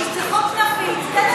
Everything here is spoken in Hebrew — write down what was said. זה חוק נפיץ, תן